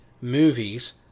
movies